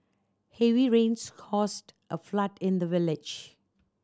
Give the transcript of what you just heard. heavy rains caused a flood in the village